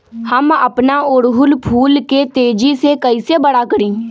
हम अपना ओरहूल फूल के तेजी से कई से बड़ा करी?